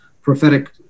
prophetic